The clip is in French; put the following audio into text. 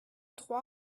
trois